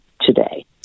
today